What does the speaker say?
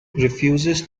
refuses